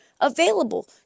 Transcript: available